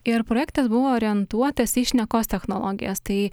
ir projektas buvo orientuotas į šnekos technologijas tai